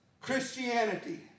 Christianity